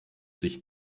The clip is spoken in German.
sich